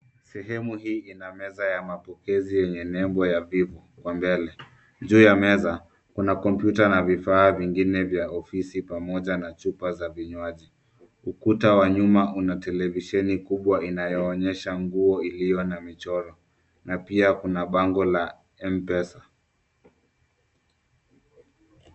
Sehemu hii ina meza ya mapokezi yenye lebo ya VIVO kwa mbele. Juu ya meza kuna kompyuta na vifaa vingine vya ofisi pamoja na chupa za vinywaji. Ukuta wa nyuma una televisheni kubwa inayoonyesha nguo iliyo na michoro na pia kuna bango la mpesa.